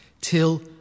Till